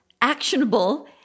actionable